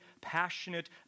passionate